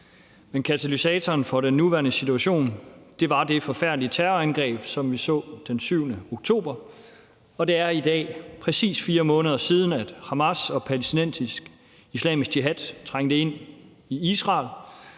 men katalysatoren for den nuværende situation var det forfærdelige terrorangreb, som vi så den 7. oktober. Det er i dag præcis 4 måneder siden, Hamas og palæstinensisk-islamisk jihad trængte ind i Israel